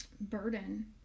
burden